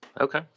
Okay